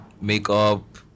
makeup